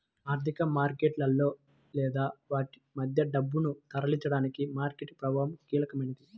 ఆర్థిక మార్కెట్లలో లేదా వాటి మధ్య డబ్బును తరలించడానికి మార్కెట్ ప్రభావం కీలకమైనది